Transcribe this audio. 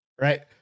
Right